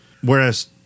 whereas